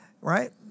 Right